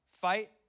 fight